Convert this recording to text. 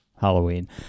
Halloween